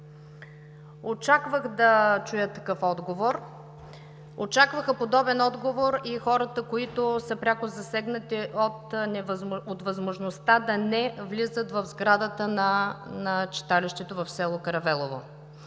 очаквах да чуя такъв отговор. Подобен отговор очакваха и хората, които са пряко засегнати от невъзможността да влизат в сградата на читалището в село Каравелово.